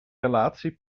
relatie